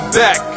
back